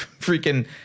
freaking